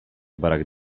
barak